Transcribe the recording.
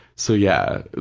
so yeah,